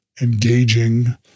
engaging